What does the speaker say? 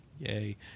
Yay